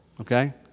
Okay